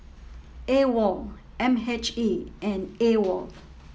AWOL M H E and AWOL